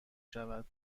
شود